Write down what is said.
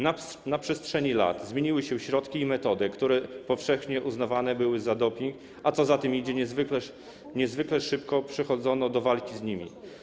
Na przestrzeni lat zmieniły się środki i metody, które powszechnie uznawane były za doping, a co za tym idzie, niezwykle szybko przechodzono do walki z nimi.